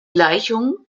gleichungen